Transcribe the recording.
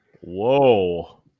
Whoa